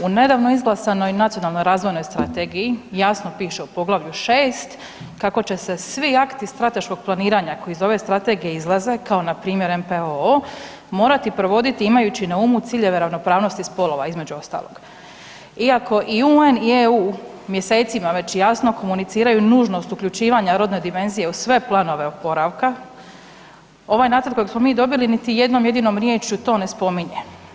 U nedavno izglasanoj Nacionalnoj razvojnoj strategiji jasno piše u poglavlju 6., kako će se svi akti strateškog planiranja strategije izlaze, kao npr. NPOO, morati provoditi imajući na umu ciljeve ravnopravnosti spolova, između ostalog iako i UN i EU mjesecima već jasno komuniciraju nužnost uključivanja rodne dimenzije u sve planove oporavka, ovaj nacrt kojeg smo mi dobili niti jednom jedinom riječju to ne spominje.